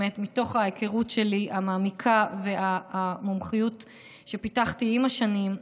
מתוך ההיכרות המעמיקה והמומחיות שפיתחתי עם השנים,